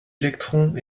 électrons